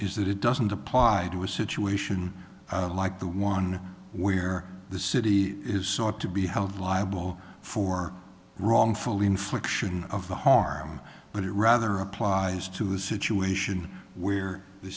is that it doesn't apply to a situation like the one where the city is sought to be held liable for wrongful infliction of the harm but it rather applies to a situation where the